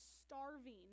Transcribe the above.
starving